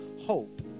hope